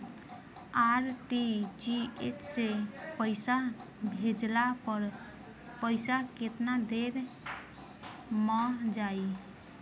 RTGS से पईसा भेजला पर पईसा केतना देर म जाई?